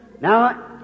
Now